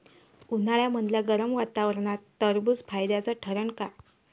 उन्हाळ्यामदल्या गरम वातावरनात टरबुज फायद्याचं ठरन का?